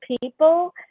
people